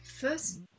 First